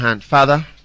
Father